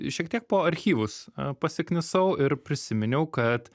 šiek tiek po archyvus pasiknisau ir prisiminiau kad